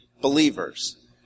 believers